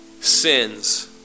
sins